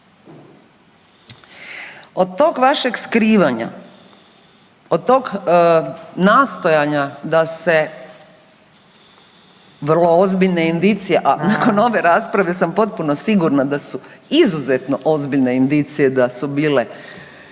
Od tog vašeg skrivanja, od tog nastojanja da se vrlo ozbiljne indicije, a nakon ove rasprave sam potpuno sigurna da su izuzetno ozbiljne indicije da su bile